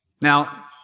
Now